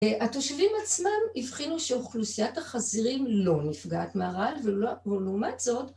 התושבים עצמם הבחינו שאוכלוסיית החזירים לא נפגעת מהרעל, ולעומת זאת,